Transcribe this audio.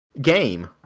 game